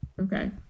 Okay